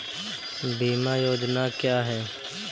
बीमा योजना क्या है?